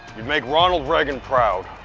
you'd make ronald reagan proud.